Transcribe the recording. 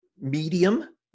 medium